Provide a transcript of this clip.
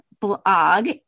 blog